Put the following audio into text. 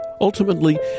ultimately